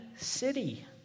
city